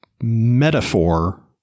metaphor